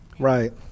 Right